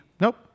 nope